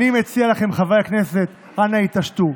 אני מציע לכם, חברי הכנסת, אנא, התעשתו.